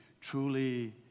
truly